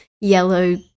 yellow